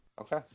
Okay